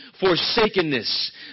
forsakenness